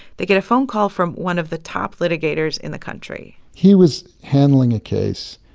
they get a phone call from one of the top litigators in the country he was handling a case.